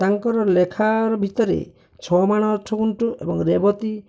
ତାଙ୍କର ଲେଖାର ଭିତରେ ଛଅ ମାଣ ଆଠ ଗୁଣ୍ଠ ଏବଂ ରେବତୀ